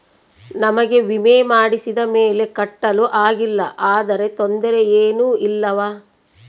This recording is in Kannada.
ನಮಗೆ ವಿಮೆ ಮಾಡಿಸಿದ ಮೇಲೆ ಕಟ್ಟಲು ಆಗಿಲ್ಲ ಆದರೆ ತೊಂದರೆ ಏನು ಇಲ್ಲವಾ?